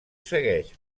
segueix